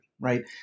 right